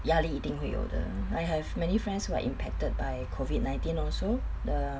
压力一定会有的 I have many friends who are impacted by COVID nineteen also the